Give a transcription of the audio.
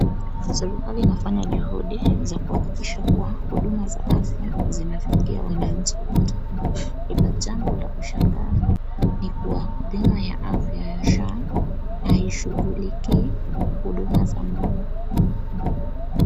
Serikali inafanya juhudi za kuhakikisha kuwa huduma za afya zinafikia wananchi wote. Ila jambo la kushangaza ni kuwa bima ya afya ya SHA haishughulikii huduma za meno